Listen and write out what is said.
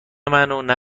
منو، نه